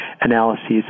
analyses